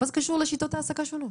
מה זה קשור לשיטות העסקה שונות?